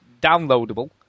downloadable